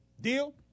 Deal